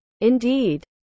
Indeed